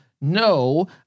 no